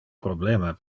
problema